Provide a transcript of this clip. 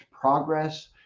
progress